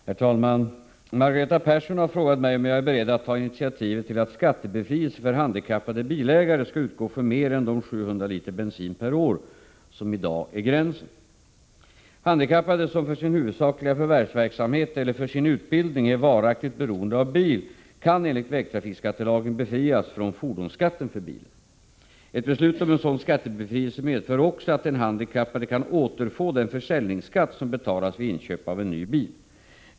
Herr talman! Margareta Persson har frågat mig om jag är beredd att ta initiativet till att skattebefrielse för handikappade bilägare skall utgå för mer 167 än de 700 liter bensin per år som i dag är gränsen. Handikappade som för sin huvudsakliga förvärvsverksamhet eller för sin utbildning är varaktigt beroende av bil kan enligt vägtrafikskattelagen befrias från fordonsskatten för bilen. Ett beslut om en sådan skattebefrielse medför också att den handikappade kan återfå den försäljningsskatt som betalats vid inköp av en ny bil.